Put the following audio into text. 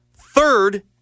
Third